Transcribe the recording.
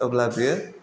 अब्ला बेयो